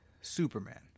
Superman